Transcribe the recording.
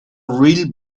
real